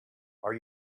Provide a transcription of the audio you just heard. are